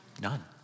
None